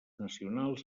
nacionals